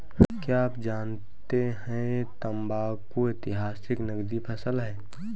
क्या आप जानते है तंबाकू ऐतिहासिक नकदी फसल है